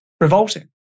revolting